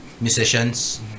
musicians